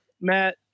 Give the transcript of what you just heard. Matt